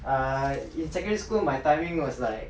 err in secondary school my timing was like